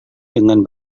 dengan